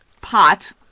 pot